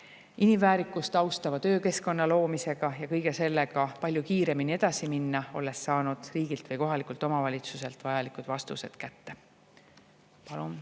inimväärikust austava töökeskkonna loomisega ja kõige sellega palju kiiremini edasi minna, olles saanud riigilt või kohalikult omavalitsuselt vajalikud vastused kätte. Kui